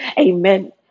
Amen